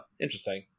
Interesting